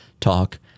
talk